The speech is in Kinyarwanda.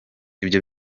ibyo